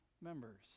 members